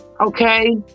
Okay